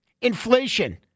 Inflation